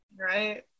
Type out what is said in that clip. Right